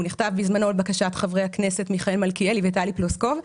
הוא נכתב בזמנו לבקשת חברי הכנסת מיכאל מלכיאלי וטלי פלוסקוב.